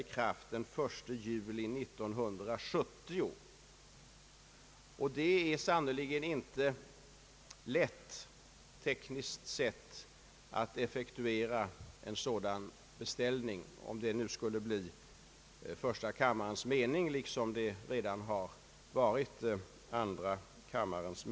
I direktiven för den nyligen tillsatta familjerättsutredningen sägs emelletid att man bör överväga att utforma reglerna så att modern, om hon så önskar, i allmänhet kan avstå från barnavårdsman sedan faderskapet till barnet har fastställts.